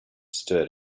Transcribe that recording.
stood